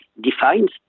defines